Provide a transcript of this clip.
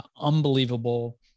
unbelievable